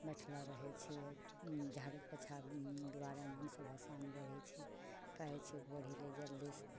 बैठलऽ रहै छिए झाड़ू पोछा दुआरेमे सुबह शाम बोहरै छै कहै छिए बोहरिले जल्दीसँ